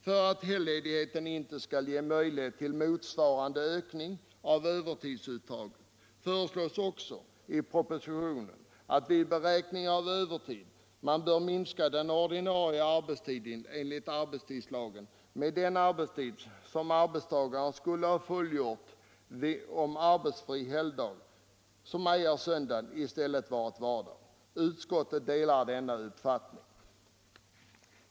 För att helgledigheten inte skall ge möjlighet till motsvarande ökning av övertidsuttaget föreslås också i propositionen att vid beräkning av övertiden man bör minska den ordinarie arbetstiden enligt arbetstidslagen med den arbetstid som arbetstagaren skulle ha fullgjort om arbetsfri helgdag som ej är söndag i stället hade varit vardag. Utskottet delar denna uppfattning.